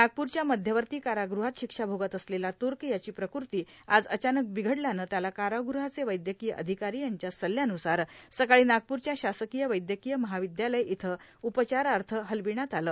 नागपूरच्या मध्यवर्ती कारागृहात शिक्षा भोगत असलेल्या तुर्क याची प्रकृती आज अचानक बिघडल्यानं त्याला कारागृहाचे वैद्यकीय अधिकारी यांच्या सल्ल्यान्रसार सकाळी नागपूरच्या शासकीय वैद्यकीय महाविद्यालय इथं उपचारार्थ हलविण्यात आलं